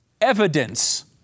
evidence